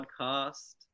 podcast